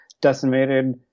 decimated